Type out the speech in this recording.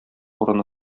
урыны